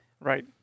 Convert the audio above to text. Right